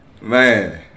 Man